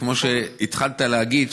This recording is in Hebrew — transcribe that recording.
וכמו שהתחלת להגיד,